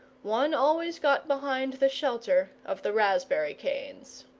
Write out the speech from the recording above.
one always got behind the shelter of the raspberry-canes.